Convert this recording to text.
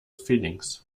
feelings